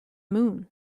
moon